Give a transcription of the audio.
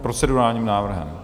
S procedurálním návrhem.